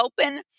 open